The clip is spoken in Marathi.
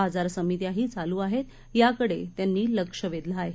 बाजार समित्याही चालू आहेत याकडे त्यांनी लक्ष वेधलं आहे